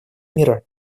мира